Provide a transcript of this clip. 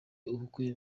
ubukwe